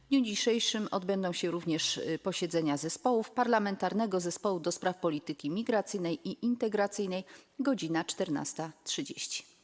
W dniu dzisiejszym odbędzie się również posiedzenie Parlamentarnego Zespołu do spraw Polityki Migracyjnej i Integracyjnej - godz. 14.30.